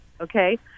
okay